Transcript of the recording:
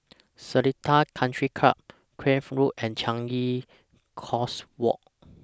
Seletar Country Club Craig Road and Changi Coast Walk